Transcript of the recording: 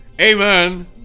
Amen